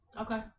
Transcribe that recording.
Okay